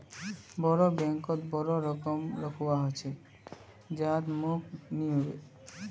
बोरो बैंकत बोरो रकम रखवा ह छेक जहात मोक नइ ह बे